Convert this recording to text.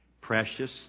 Precious